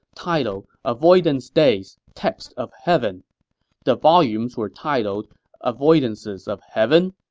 titled avoidance days, text of heaven the volumes were titled avoidances of heaven,